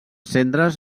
cendres